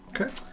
Okay